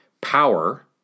power